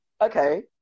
okay